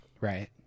Right